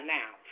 now